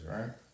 right